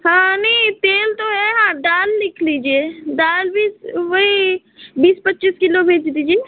हाँ हाँ नहीं तेल तो है हाँ दाल लिख लीजिए दाल भी वही बीस पच्चीस किलो भेज दीजिए